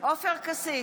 עופר כסיף,